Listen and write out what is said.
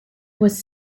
was